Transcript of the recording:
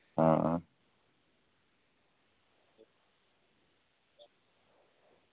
आं